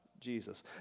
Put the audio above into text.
Jesus